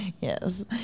Yes